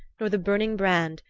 nor the burning brand,